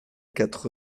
quatre